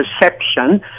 perception